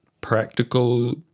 practical